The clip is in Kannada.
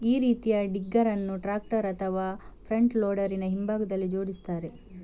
ಈ ರೀತಿಯ ಡಿಗ್ಗರ್ ಅನ್ನು ಟ್ರಾಕ್ಟರ್ ಅಥವಾ ಫ್ರಂಟ್ ಲೋಡರಿನ ಹಿಂಭಾಗದಲ್ಲಿ ಜೋಡಿಸ್ತಾರೆ